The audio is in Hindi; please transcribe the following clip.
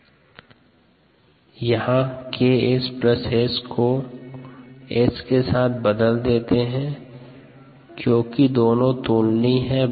If S≈KS यहाँ KsS को S के साथ बदल सकते हैं क्योंकि दोनों तुलनीय हैं